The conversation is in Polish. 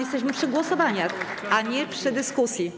Jesteśmy przy głosowaniach, a nie przy dyskusji.